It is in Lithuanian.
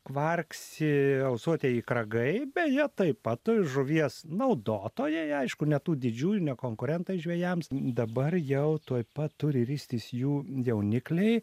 kvarksi ausuotieji kragai beje taip pat žuvies naudotojai aišku ne tų didžiųjų ne konkurentai žvejams dabar jau tuoj pat turi ristis jų jaunikliai